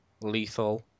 Lethal